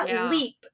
leap